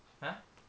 !huh!